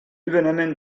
übernehmen